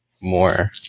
more